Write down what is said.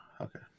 okay